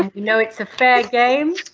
know it's a fair game.